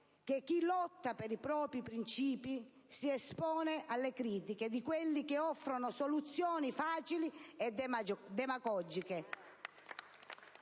che chi lotta per i propri princìpi si espone alle critiche di quelli che offrono soluzioni facili e demagogiche,